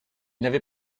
n’avait